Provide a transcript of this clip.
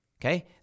Okay